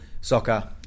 soccer